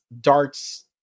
darts